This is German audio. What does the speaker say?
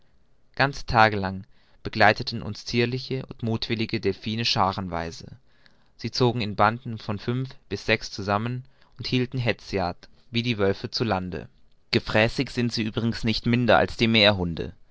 ganze tage lang begleiteten uns zierliche und muthwillige delphine scharenweise sie zogen in banden von fünf bis sechs zusammen und hielten hetzjagd wie die wölfe zu lande gefräßig sind sie übrigens nicht minder als die meerhunde